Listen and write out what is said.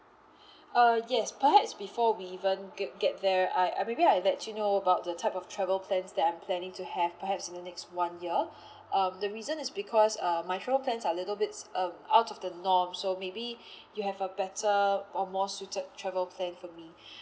uh yes perhaps before we even get get there I I maybe I let you know about the type of travel plans that I'm planning to have perhaps in the next one year um the reason is because uh my travel plans are little bits um out of the norm so maybe you have a better or more suited travel plan for me